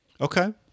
Okay